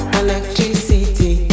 electricity